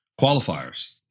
qualifiers